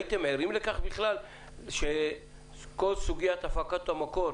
הייתם ערים לכך בכלל שכל סוגיית הפקות המקור